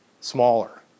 smaller